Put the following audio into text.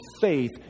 faith